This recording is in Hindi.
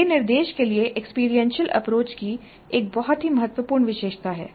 यह निर्देश के लिए एक्सपीरियंशियल अप्रोच की एक बहुत ही महत्वपूर्ण विशेषता है